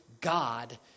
God